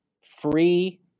free